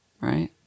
right